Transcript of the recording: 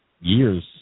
years